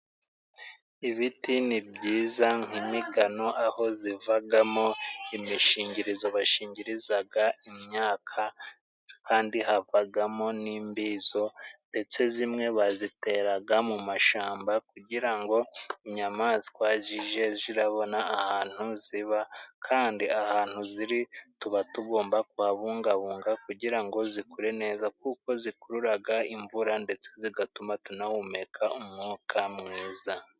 Ibiti ni byiza nk'imigano aho zivagamo imishingirizo bashingirizaga imyaka kandi havagamo n'imbizo ndetse zimwe baziteraga mu mashamba kugira ngo inyamaswa zije zirabona ahantu ziba kandi ahantu ziri tuba tugomba kuhabungabunga kugira ngo zikure neza kuko zikururaga imvura ndetse zigatuma tunahumeka umwuka mwiza.